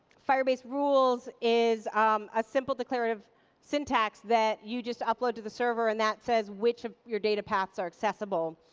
firebase rules is a simple declarative syntax that you just upload to the server and that says which of your data paths are accessible.